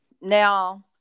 Now